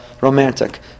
romantic